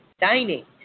Dining